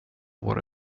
våra